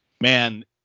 man